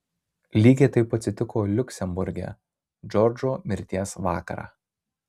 lygiai taip atsitiko liuksemburge džordžo mirties vakarą